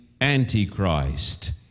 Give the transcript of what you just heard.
antichrist